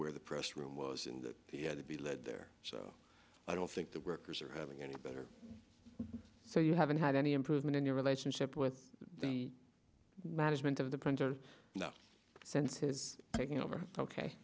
where the press room was and he had to be led there i don't think the workers are having any better so you haven't had any improvement in your relationship with the management of the printer no sense is taking over